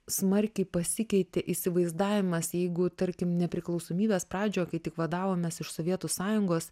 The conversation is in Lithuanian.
smarkiai pasikeitė įsivaizdavimas jeigu tarkim nepriklausomybės pradžioje kai tik vadavomės iš sovietų sąjungos